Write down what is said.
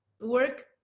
work